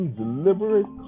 deliberate